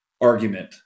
argument